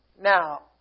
now